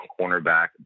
cornerback